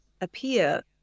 appear